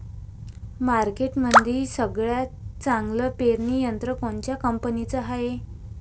मार्केटमंदी सगळ्यात चांगलं पेरणी यंत्र कोनत्या कंपनीचं हाये?